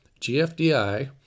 GFDI